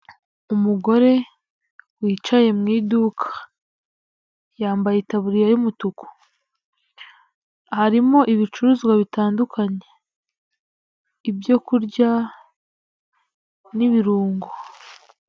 Umugore wicaye mu iduka yambayeburiye y'umutuku, harimo ibicuruzwa bitandukanye ibyo kurya n'ibirungo.